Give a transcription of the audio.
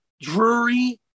Drury